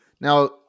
Now